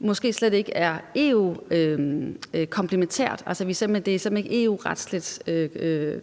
måske slet ikke er EU-komplementært, altså at det simpelt hen er